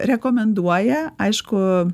rekomenduoja aišku